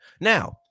Now